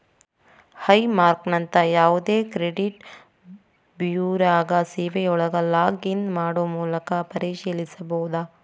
high ಮಾರ್ಕ್ನಂತ ಯಾವದೇ credit ಬ್ಯೂರೋಗಳ ಸೇವೆಯೊಳಗ ಲಾಗ್ ಇನ್ ಮಾಡೊ ಮೂಲಕ ಪರಿಶೇಲಿಸಬೋದ